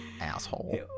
asshole